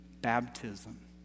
baptism